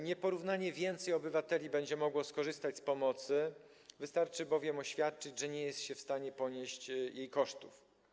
Nieporównanie więcej obywateli będzie mogło skorzystać z pomocy, wystarczy bowiem oświadczyć, że nie jest się w stanie ponieść jej kosztów.